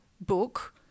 book